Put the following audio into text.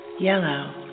yellow